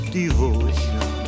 devotion